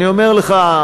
ואני אומר לך,